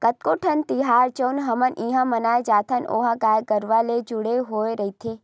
कतको ठन तिहार जउन हमर इहाँ मनाए जाथे ओहा गाय गरुवा ले ही जुड़े होय रहिथे